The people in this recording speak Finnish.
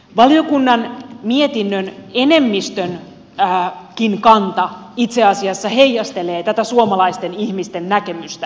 valiokunnan mietinnön enemmistönkin kanta itse asiassa heijastelee tätä suomalaisten ihmisten näkemystä